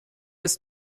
ist